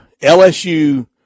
LSU